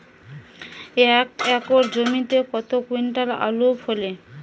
এক একর জমিতে কত কুইন্টাল আলু ফলে?